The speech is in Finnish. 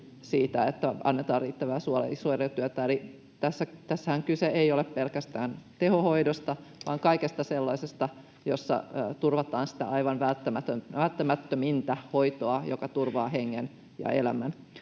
että annetaan riittävää suojelutyötä. Tässähän kyse ei ole pelkästään tehohoidosta, vaan kaikesta sellaisesta, jossa turvataan sitä aivan välttämättömintä hoitoa, joka turvaa hengen ja elämän.